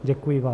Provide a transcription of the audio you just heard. Děkuji vám.